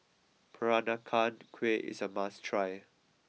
Peranakan Kueh is a must try